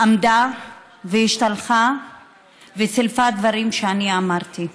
עמדה והשתלחה וסילפה דברים שאני אמרתי.